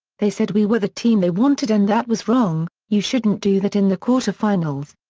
they said we were the team they wanted and that was wrong, you shouldn't do that in the quarter-finals.